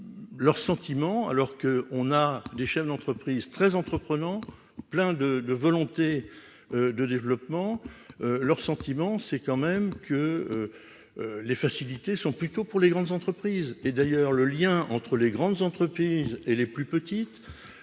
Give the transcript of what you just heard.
leurs sentiments, alors que, on a des chefs d'entreprise très entreprenant plein de, de volonté de développement leur sentiment, c'est quand même que les facilités sont plutôt pour les grandes entreprises et d'ailleurs, le lien entre les grandes entreprises et les plus petites,